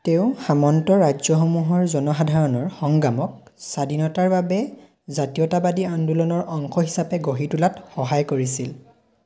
তেওঁ সামন্ত ৰাজ্যসমূহৰ জনসাধাৰণৰ সংগ্ৰামক স্বাধীনতাৰ বাবে জাতীয়তাবাদী আন্দোলনৰ অংশ হিচাপে গঢ়ি তোলাত সহায় কৰিছিল